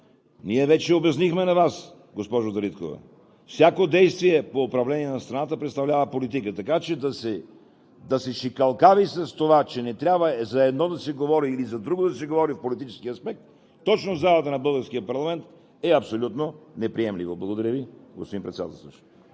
ние вече обяснихме на Вас, госпожо Дариткова – всяко действие по управление на страната представлява политика! Така че да се шикалкави с това, че не трябва да се говори за едно или за друго в политически аспект точно в залата на българския парламент, е абсолютно неприемливо. Благодаря Ви, господин Председателстващ.